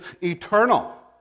eternal